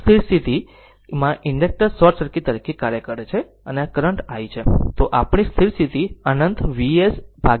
એક સ્થિર સ્થિતિ માં ઇન્ડક્ટર શોર્ટ સર્કિટ તરીકે કાર્ય કરે છે અને જો આ કરંટ i છે તો આપણી સ્થિર સ્થિતિ અનંત VsR હશે